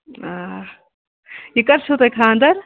آ یہِ کَر چھُو تۄہہِ خاندَر